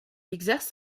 exerce